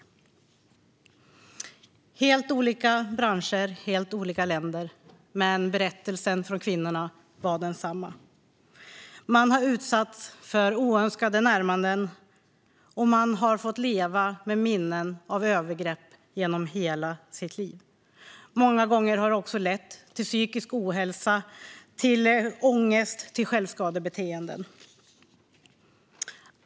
Det gällde helt olika branscher och helt olika länder, men berättelserna från kvinnorna var desamma: Man har utsatts för oönskade närmanden, och man har fått leva med minnen av övergrepp genom hela sitt liv. Många gånger har det också lett till psykisk ohälsa, ångest och självskadebeteenden.